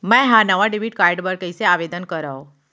मै हा नवा डेबिट कार्ड बर कईसे आवेदन करव?